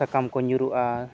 ᱥᱟᱠᱟᱢ ᱠᱚ ᱧᱩᱨᱩᱜᱼᱟ